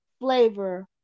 flavor